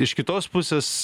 iš kitos pusės